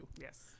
Yes